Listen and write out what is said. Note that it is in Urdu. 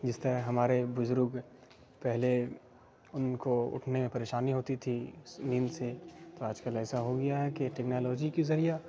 جس طرح ہمارے بزرگ پہلے ان کو اٹھنے میں پریشانی ہوتی تھی نیند سے تو آج کل ایسا ہو گیا ہے کہ ٹیکنالوجی کے ذریعہ